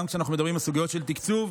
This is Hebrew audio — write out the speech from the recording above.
גם כשאנחנו מדברים על סוגיות של תקצוב,